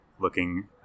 looking